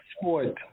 sport